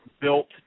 built